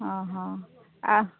ହଁ ହଁ ଆ